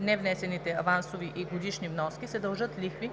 невнесените авансови и годишни вноски, се дължат лихви